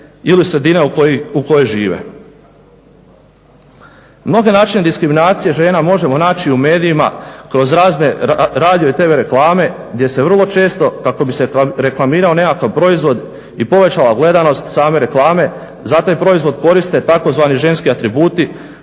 ili sredine u kojoj žive. Mnoge načine diskriminacije žena možemo naći i u medijima kroz razne radio i TV reklame gdje se vrlo često kako bi se reklamirao nekakav proizvod i povećala gledanost same reklame zato i proizvod koriste tzv. ženski atributi